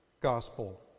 gospel